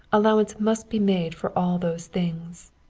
allowance must be made for all those things.